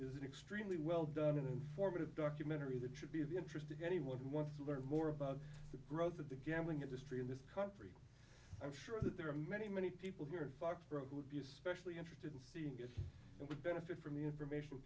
is an extremely well done and informative documentary that should be of interest to anyone who wants to learn more about the growth of the gambling industry in this country i'm sure that there are many many people here foxborough who would be especially interested in seeing it and would benefit from the information